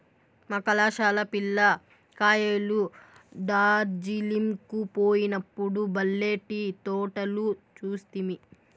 మా కళాశాల పిల్ల కాయలు డార్జిలింగ్ కు పోయినప్పుడు బల్లే టీ తోటలు చూస్తిమి